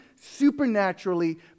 supernaturally